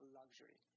luxury